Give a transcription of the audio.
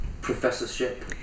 professorship